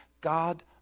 God